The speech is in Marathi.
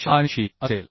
86 असेल